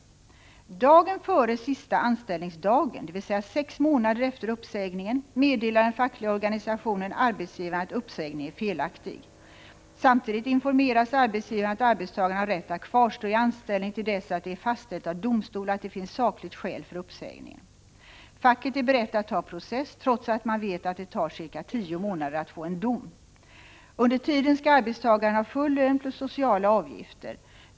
Dagen före sista anställningsdagen, dvs. sex månader efter uppsägningen, meddelar den fackliga organisationen arbetsgivaren att uppsägningen är felaktig. Samtidigt informeras arbetsgivaren om att arbetstagaren har rätt att kvarstå i anställning till dess att det är fastställt av domstol att det finns sakligt skäl för uppsägningen. Facket är berett att ta process trots att man vet att det tar cirka tio månader att få en dom. Under tiden skall arbetstagaren ha full lön plus sociala avgifter.